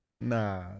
Nah